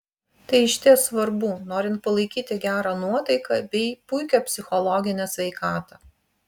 tai išties svarbu norint palaikyti gerą nuotaiką bei puikią psichologinę sveikatą